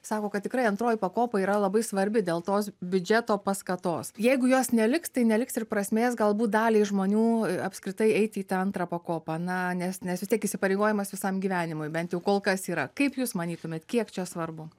sako kad tikrai antroji pakopa yra labai svarbi dėl tos biudžeto paskatos jeigu jos neliks tai neliks ir prasmės galbūt daliai žmonių apskritai eiti į tą antrą pakopą na nes nes vis tiek įsipareigojimas visam gyvenimui bent jau kol kas yra kaip jūs manytumėt kiek čia svarbu